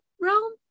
realm